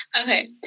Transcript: Okay